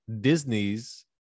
Disney's